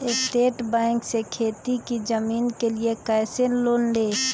State bank से खेती की जमीन के लिए कैसे लोन ले?